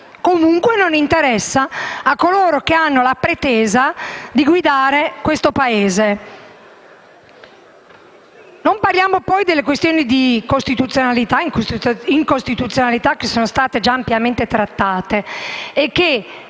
comunque, non interessa a coloro che hanno la pretesa di guidare questo Paese. Non parliamo poi delle questioni di costituzionalità e incostituzionalità, già ampiamente trattate e che